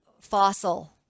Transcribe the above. Fossil